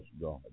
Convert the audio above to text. God